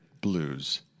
blues